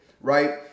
right